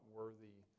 worthy